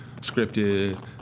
scripted